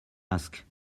ask